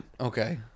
Okay